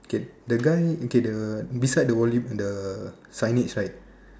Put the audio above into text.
K the guy okay the beside the volley the signage right